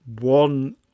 one